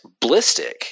Blistic